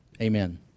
amen